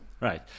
Right